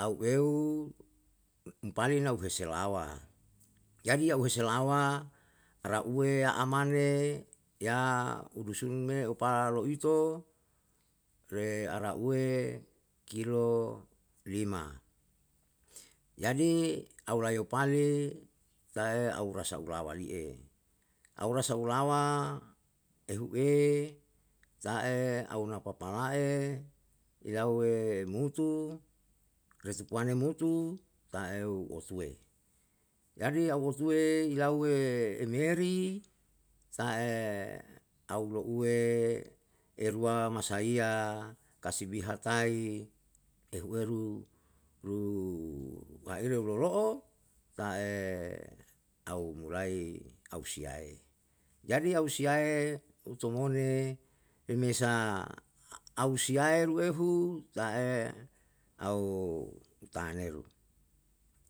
Au eu, umpali na heselawa, jadi au heselawa rauwe amane ya udusun me opa leito, re arauwe kilo lima, jadi aula yo pale tae aura sali'e, aura saulawa ehu'e auna papalae ilauwe mutu retupuwane mutu tae otuwe. jadi au otewe ilauwe emheri tae au louwe ilauwe masariya kasbi hatai, ehueru, lu aire lolo'o ta'e au mulai ausiya ei. Jdai au siyaei jadi au siyae oto mone pemesa au siyaeru ehu tae au taneru.